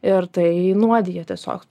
ir tai nuodija tiesiog